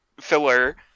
filler